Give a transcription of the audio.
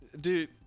Dude